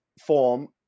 form